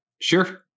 Sure